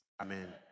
Amen